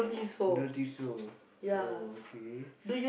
don't think so oh okay